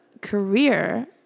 career